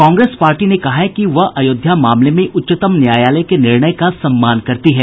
Congress party ने कहा है कि वह अयोध्या मामले में उच्चतम न्यायालय के निर्णय का सम्मान करती है